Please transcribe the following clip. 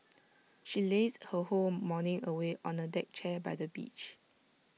she lazed her whole morning away on A deck chair by the beach